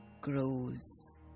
grows